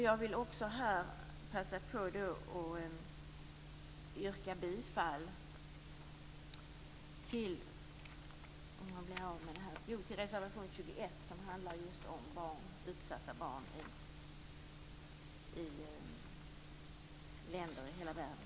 Jag vill också här passa på att yrka bifall till reservation 21, som just handlar om utsatta barn i länder i hela världen.